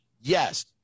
Yes